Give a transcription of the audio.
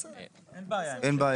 בסדר, אין בעיה עם זה.